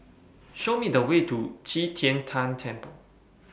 Show Me The Way to Qi Tian Tan Temple